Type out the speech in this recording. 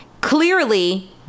clearly